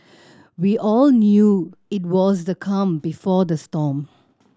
we all knew it was the calm before the storm